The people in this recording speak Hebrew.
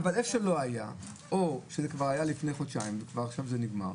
אבל איך שלא היה או כשזה כבר היה לפני חודשיים ועכשיו זה נגמר,